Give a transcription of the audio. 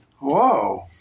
Whoa